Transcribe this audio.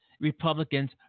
Republicans